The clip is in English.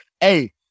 hey